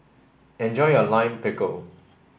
enjoy your Lime Pickle